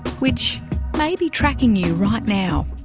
which may be tracking you right now.